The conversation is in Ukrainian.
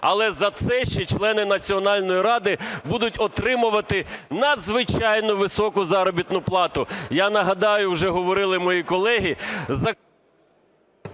але за це ще члени Національної ради будуть отримувати надзвичайно високу заробітну плату. Я нагадаю, вже говорили мої колеги…